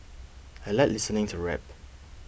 I like listening to rap